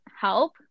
help